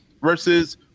versus